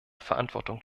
verantwortung